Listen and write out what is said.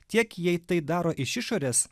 tiek jei tai daro iš išorės